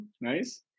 Nice